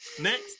Next